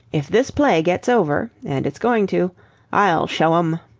if this play get over and it's going to i'll show em!